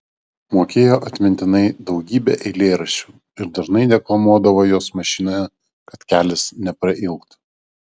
mokėjo atmintinai daugybę eilėraščių ir dažnai deklamuodavo juos mašinoje kad kelias neprailgtų